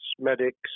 medics